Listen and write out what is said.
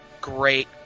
great